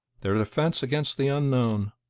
their defence against the unknown,